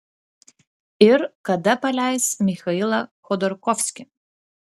ir kada paleis michailą chodorkovskį